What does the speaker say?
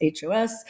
HOS